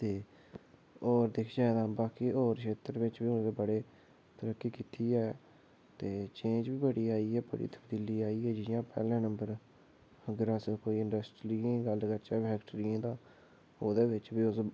ते होर दिखचै ते बाकी खेतर च बड़ी तरक्की कीती ऐ ते चेंज बड़ी आई ऐ जि'यां पैह्लैं नंबर ते अगर अस कोई इंजस्ट्री दी गल्ल करचै फैक्ट्रियां ओह्दै बिच